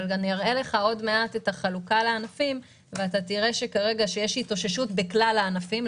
אבל אראה עוד מעט את החלוקה לענפים ותראו שיש התאוששות בכלל הענפים,